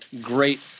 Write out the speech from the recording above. great